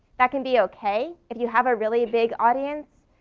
that can be okay if you have a really big audience,